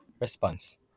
response